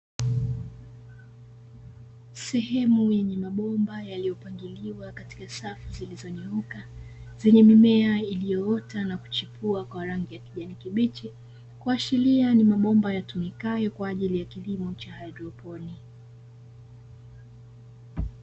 Sehemu yenye mabomba yaliyopangiliwa katika safu zilizonyooka zenye mimea iliyoota na kuchipua kwa rangi ya kijani kibichi, kuashiria ni mabomba yatumikayo kwaajili ya kilimo cha haidroponi.